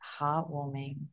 heartwarming